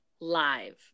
live